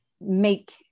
make